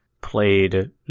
played